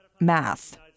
math